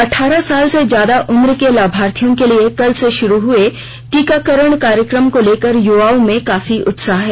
अठारह साल से ज्यादा उम्र के लाभार्थियों के लिए कल से शुरू हुए टीकाकरण कार्यक्रम को लेकर युवाओं में काफी उत्साह है